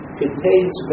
contains